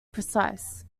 precise